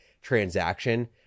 transaction